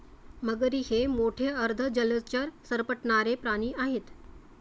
मगरी हे मोठे अर्ध जलचर सरपटणारे प्राणी आहेत